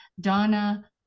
Donna